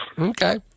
Okay